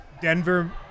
Denver